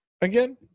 again